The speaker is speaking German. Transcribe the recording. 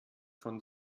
von